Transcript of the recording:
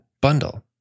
bundle